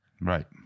Right